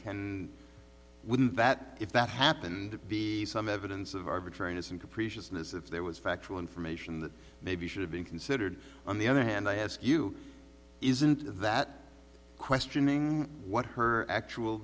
ken wouldn't that if that happened to be some evidence of arbitrariness and capriciousness if there was factual information that maybe should have been considered on the other hand i ask you isn't that questioning what her actual